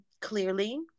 clearly